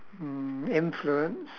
mm influence